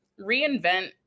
reinvent